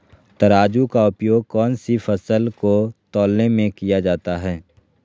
तराजू का उपयोग कौन सी फसल को तौलने में किया जाता है?